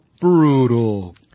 brutal